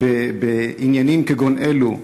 בעניינים כגון אלו,